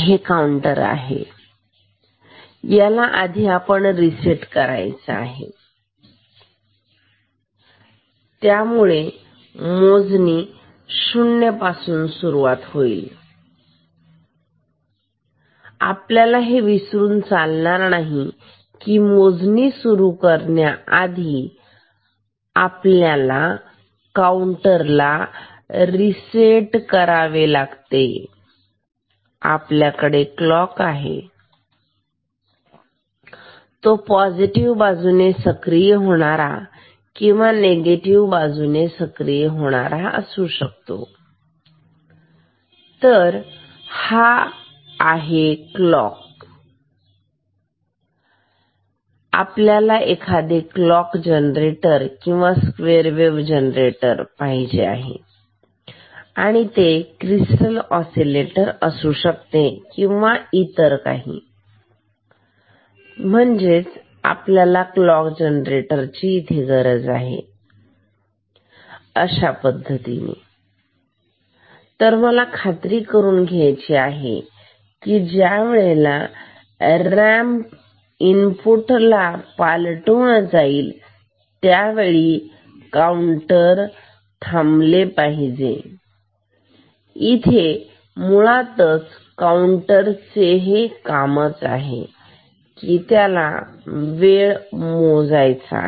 हे काउंटर आहे याला आपल्याला रिसेट करायचा आहे त्यामुळे मोजणी शून्यापासून सुरू होईल आपल्याला हे विसरून चालणार नाही की मोजणी सुरू करण्याआधी आपल्याला काउंटरला रिसेट करावे लागते आणि आपल्याकडे क्लॉक आहे तो पॉझिटिव्ह बाजूने सक्रिय होणारा किंवा निगेटिव्ह बाजूने सक्रिय होणारा असू शकतो तर हा क्लॉक आहे आपल्याला एखादे क्लॉक जनरेटर किंवा स्क्वेअर वेव्ह जनरेटर हवे आहे ते क्रिस्टल ऑसिलेटर असू शकते किंवा इतर काही तर आपल्याला क्लॉक जनरेटरची गरज आहे हे मी इथे दाखवतो आणि अशा पद्धतीने तर मला खात्री करून घ्यायची आहे की ज्या वेळेला रॅम्प इनपुटला पालटून जाईल त्यावेळी काउंटर थांबले पाहिजे इथे मुळातच काउंटर चे हे कामच आहे कि त्याला वेळ मोजायचा आहे